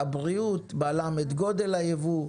הבריאות בלם את גודל היבוא,